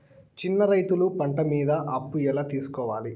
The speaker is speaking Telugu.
చిన్న రైతులు పంట మీద అప్పు ఎలా తీసుకోవాలి?